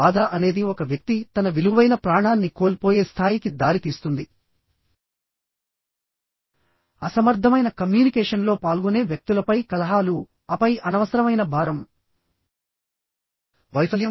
బాధ అనేది ఒక వ్యక్తి తన విలువైన ప్రాణాన్ని కోల్పోయే స్థాయికి దారితీస్తుంది అసమర్థమైన కమ్యూనికేషన్లో పాల్గొనే వ్యక్తులపై కలహాలు ఆపై అనవసరమైన భారం వైఫల్యం